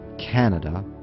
Canada